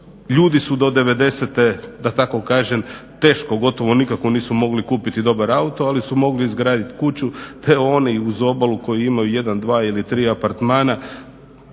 Ljudi su do 90-e, da tako kažem, teško, gotovo nikako nisu mogli kupiti dobar auto, ali su mogli izgraditi kuću te oni uz obalu koji imaju jedan, dva ili tri apartmana,